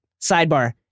sidebar